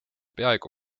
peaaegu